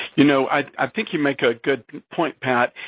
you know, i think you make a good point, pat,